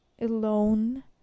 alone